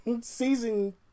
season